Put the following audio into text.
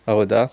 ಹೌದಾ